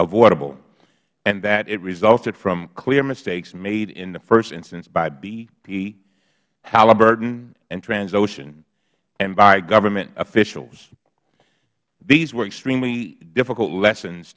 avoidable and that it resulted from clear mistakes made in the first instance by bp halliburton and transocean and by government officials these were extremely difficult lessons